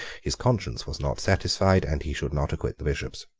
his conscience was not satisfied and he should not acquit the bishops.